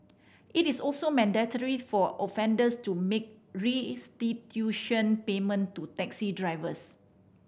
it is also mandatory for offenders to make restitution payment to taxi drivers